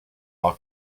all